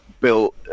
Bill